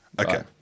Okay